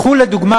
קחו לדוגמה,